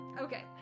Okay